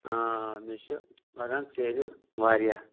آ مےٚ چھِ لگان سیرِ واریاہ